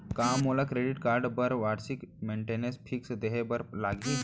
का मोला credit card बर वार्षिक मेंटेनेंस फीस देहे बर लागही?